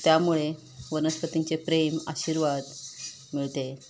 त्यामुळे वनस्पतींचे प्रेम आशीर्वाद मिळते